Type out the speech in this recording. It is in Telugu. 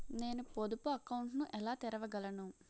నేను పొదుపు అకౌంట్ను ఎలా తెరవగలను?